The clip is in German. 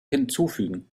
hinzufügen